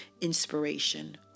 inspiration